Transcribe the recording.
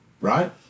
right